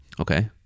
Okay